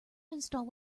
install